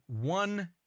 one